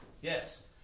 yes